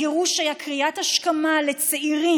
הגירוש היה קריאת השכמה לצעירים,